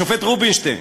השופט רובינשטיין: